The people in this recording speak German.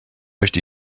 möchte